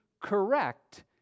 correct